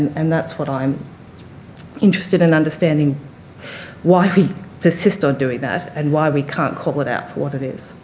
and that's what i'm interested in understanding why we persist on doing that and why we can't call it out for what it is.